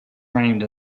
around